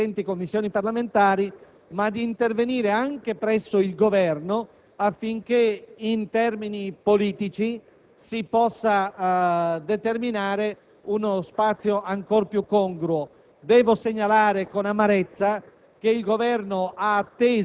da parte delle competenti Commissioni parlamentari, ma d'intervenire anche presso il Governo affinché, in termini politici, si possa determinare uno spazio ancora più congruo. Devo segnalare, con amarezza,